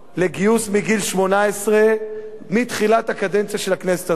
לגיוס מגיל 18 בתחילת הקדנציה של הכנסת הזאת.